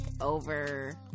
over